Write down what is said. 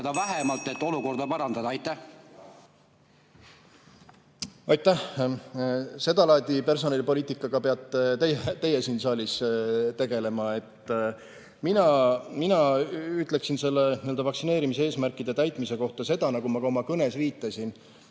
Seda laadi personalipoliitikaga peate teie siin saalis tegelema. Mina ütleksin nende vaktsineerimiseesmärkide täitmise kohta seda, nagu ma ka oma kõnes viitasin,